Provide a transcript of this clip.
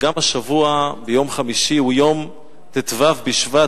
וגם השבוע יום חמישי הוא יום ט"ו בשבט,